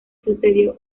sucedió